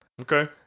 Okay